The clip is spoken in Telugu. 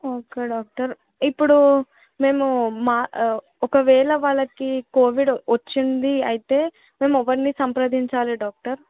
ఓకే డాక్టర్ ఇప్పుడు మేము మా ఒకవేళ వాళ్ళకి కోవిడ్ వచ్చింది అయితే మేము ఎవరిని సంప్రదించాలి డాక్టర్